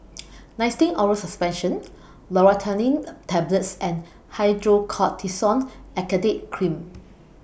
Nystatin Oral Suspension Loratadine Tablets and Hydrocortisone Acetate Cream